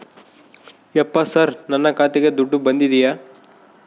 ಯಪ್ಪ ಸರ್ ನನ್ನ ಖಾತೆಗೆ ದುಡ್ಡು ಬಂದಿದೆಯ?